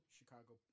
Chicago